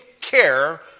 care